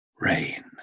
rain